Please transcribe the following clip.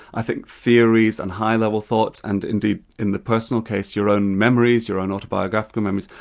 i think theories and high-level thoughts and indeed in the personal case, your own memories, your own autobiographical memories,